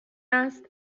است